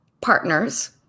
partners